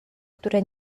które